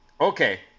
Okay